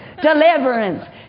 deliverance